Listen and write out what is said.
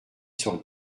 sur